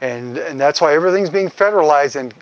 and that's why everything's being federaliz